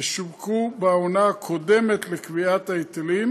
ששווקו בעונה הקודמת לקביעת ההיטלים...